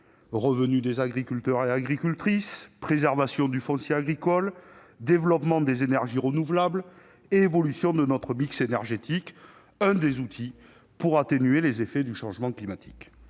revenu des agriculteurs, préservation du foncier agricole, développement des énergies renouvelables et évolution de notre mix énergétique, un des outils permettant d'atténuer les effets du changement climatique.